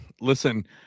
Listen